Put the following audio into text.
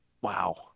wow